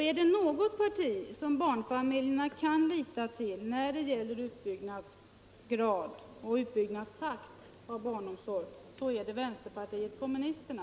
Är det något parti som barnfamiljerna kan lita till när det gäller utbyggnadsgrad och utbyggnadstakt i fråga om barnomsorgen så är det vänsterpartiet kommunisterna.